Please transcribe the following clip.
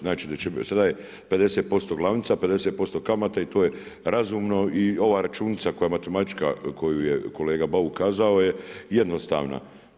Znači sada je 50% glavnica, 50% kamata i to je razumno i ova računica koja je matematička koju je kolega BAuk kazao jednostavna.